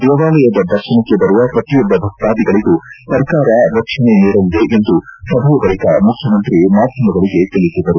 ದೇವಾಲಯದ ದರ್ಶನಕ್ಕೆ ಬರುವ ಪ್ರತಿಯೊಬ್ಲ ಭಕ್ತಾಧಿಗಳಿಗೂ ಸರ್ಕಾರ ರಕ್ಷಣೆ ನೀಡಲಿದೆ ಎಂದು ಸಭೆಯ ಬಳಿಕ ಮುಖ್ಯಮಂತ್ರಿ ಮಾಧ್ಯಮಗಳಿಗೆ ತಿಳಿಸಿದರು